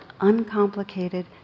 uncomplicated